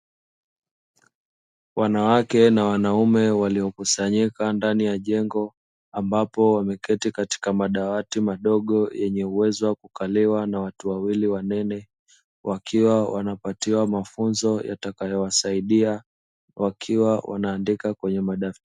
Wanawake na wanaume waliokusanyika ndani ya jengo, ambapo wameketi katika madawati madogo yenye uwezo wa kukaliwa na watu wawili wanene, wakiwa wanapatiwa mafunzo yatakayowasaidia, wakiwa wanaandika kwenye madaftari.